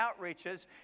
outreaches